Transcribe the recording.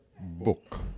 Book